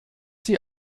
sie